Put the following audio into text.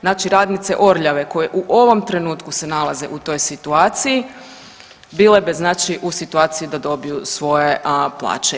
Znači radnice Orljave koje u ovom trenutku se nalaze u toj situaciji bile bi znači u situaciji da dobiju svoje plaće.